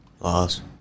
Loss